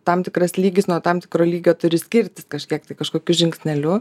tam tikras lygis nuo tam tikro lygio turi skirtis kažkiek tai kažkokiu žingsneliu